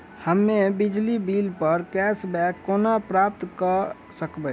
हम्मे बिजली बिल प कैशबैक केना प्राप्त करऽ सकबै?